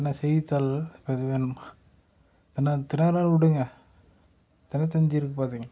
என்ன செய்தித்தாள் இப்போ எது வேணுமோ ஏன்னா தினகரன் விடுங்க தினத்தந்தி இருக்கு பாத்துக்கங்க